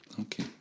Okay